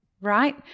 right